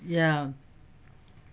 ya